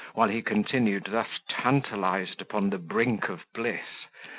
while he continued thus tantalized upon the brink of bliss,